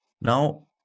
Now